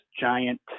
giant